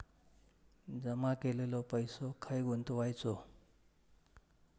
जमा केलेलो पैसो खय गुंतवायचो?